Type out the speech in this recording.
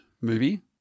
movie